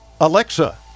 Alexa